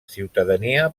ciutadania